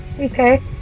Okay